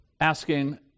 asking